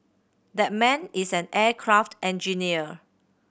that man is an aircraft engineer